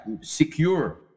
secure